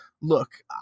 look